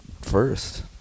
first